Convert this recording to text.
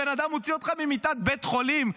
הבן אדם הוציא אותך ממיטת בית החולים,